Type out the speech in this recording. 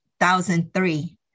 2003